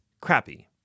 crappy